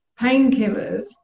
painkillers